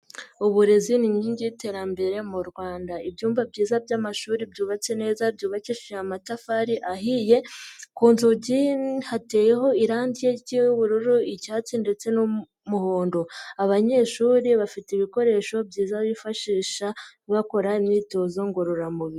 Uburezi ni inkingi y'iterambere mu Rwanda. Ibyumba byiza by'amashuri byubatse neza byubakishije amatafari ahiye ku nzugi hateyeho irangi ry'ubururu, icyatsi, ndetse n'umuhondo, abanyeshuri bafite ibikoresho byiza bifashisha bakora imyitozo ngororamubiri.